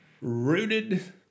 rooted